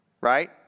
right